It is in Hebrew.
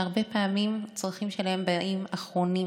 שהרבה פעמים הצרכים שלהן באים אחרונים,